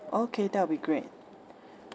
okay that will be great